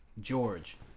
George